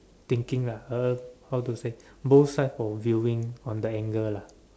thinking lah uh how to say both side for viewing on the angle lah